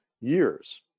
years